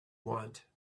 want